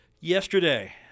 yesterday